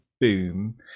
boom